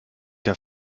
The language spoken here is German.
der